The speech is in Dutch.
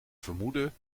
vermoeden